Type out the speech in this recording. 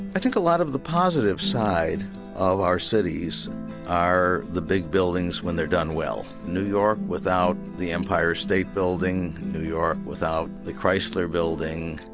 i think a lot of the positive side of our cities are the big buildings when they're done well. new york without the empire state building, new york without the chrysler building,